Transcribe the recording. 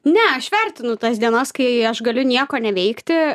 ne aš vertinu tas dienas kai aš galiu nieko neveikti